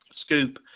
scoop